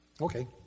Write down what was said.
Okay